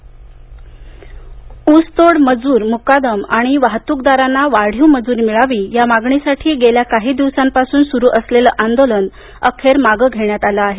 ऊसतोड ऊसतोड मजूर मुकादम आणि वाहतूकदारांना वाढीव मजुरी मिळावी या मागणीसाठी गेल्या काही दिवसांपासून सुरु असलेले यांदोलन अखेर मागे घेण्यात आले आहे